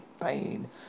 pain